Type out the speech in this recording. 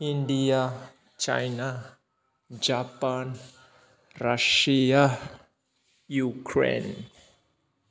India China Japan Russia Ukraine